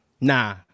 Nah